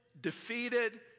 defeated